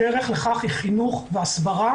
הדרך לכך היא חינוך והסברה.